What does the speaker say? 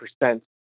percent